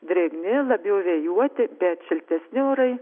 drėgni labiau vėjuoti bet šiltesni orai